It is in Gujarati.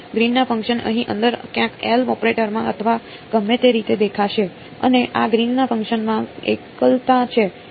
ગ્રીનના ફંક્શન્સ અહીં અંદર ક્યાંક L ઓપરેટરમાં અથવા ગમે તે રીતે દેખાશે અને આ ગ્રીનના ફંક્શનમાં એકલતા છે